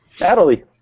Natalie